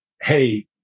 hey